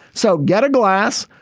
so get a glass.